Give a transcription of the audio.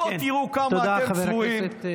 בואו תראו כמה אתם צבועים.